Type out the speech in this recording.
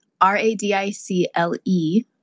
R-A-D-I-C-L-E